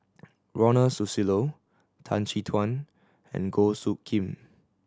Ronald Susilo Tan Chin Tuan and Goh Soo Khim